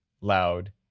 loud